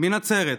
שהיא מנצרת,